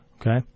Okay